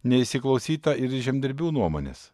neįsiklausyta ir į žemdirbių nuomones